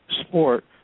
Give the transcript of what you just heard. sport